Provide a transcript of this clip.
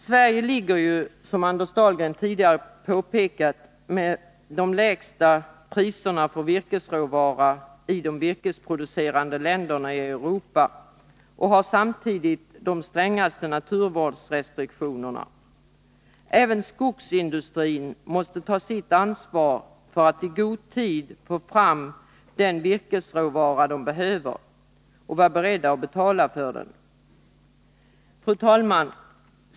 Sverige har, som Anders Dahlgren tidigare påpekat, de lägsta priserna för virkesråvara i de virkesproducerande länderna i Europa och har samtidigt de strängaste naturvårdsrestriktionerna. Även skogsindustrin måste ta sitt ansvar för att i tid få den virkesråvara de behöver och vara beredda att betala för den. Fru talman!